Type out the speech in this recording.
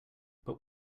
but